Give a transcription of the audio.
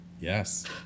Yes